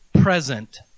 present